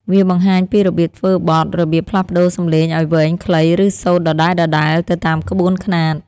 វាបង្ហាញពីរបៀបធ្វើបទ របៀបផ្លាស់ប្ដូរសំឡេងឱ្យវែង ខ្លី ឬសូត្រដដែលៗ ទៅតាមក្បួនខ្នាត។